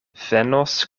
venos